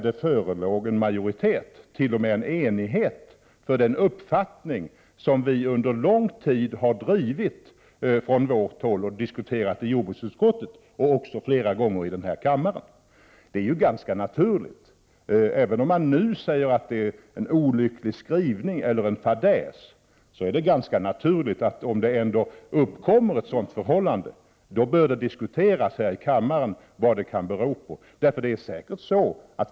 Det förelåg ju t.o.m. enighet, en majoritet var för den uppfattning som vi under lång tid har drivit från vårt håll och diskuterat i jordbruksutskottet liksom flera gånger här i kammaren. Även om man nu säger att det är en olycklig skrivning eller en fadäs, så är det naturligt att diskutera saken i kammaren. Om det uppkommer ett sådant här förhållande, är det naturligt att diskutera här i kammaren vad det kan bero på.